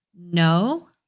no